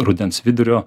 rudens vidurio